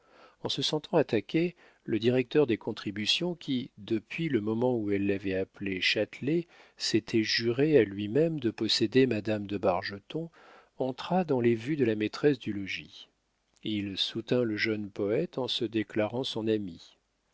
en se sentant attaqué le directeur des contributions qui depuis le moment où elle l'avait appelé châtelet s'était juré à lui-même de posséder madame de bargeton entra dans les vues de la maîtresse du logis il soutint le jeune poète en se déclarant son ami